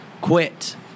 quit